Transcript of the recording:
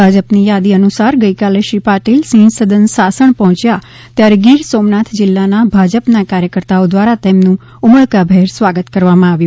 ભાજપની યાદી અનુસાર ગઇકાલે શ્રી પાટિલ સિંહસદન સાસણ પહોંચ્યા ત્યારે ગીર સોમનાથ જિલ્લાના ભાજપા કાર્યકર્તાઓ દ્વારા તેમનું ઉમળકાભેર સ્વાગત કરવામાં આવ્યું